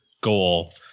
goal